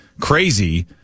crazy